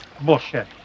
Bullshit